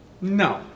No